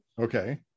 Okay